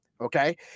okay